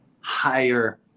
higher